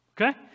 Okay